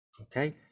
okay